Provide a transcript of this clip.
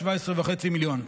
17.5 מיליון,